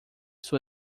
sua